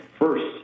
first